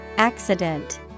Accident